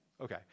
Okay